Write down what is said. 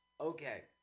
Okay